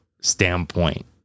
standpoint